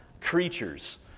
creatures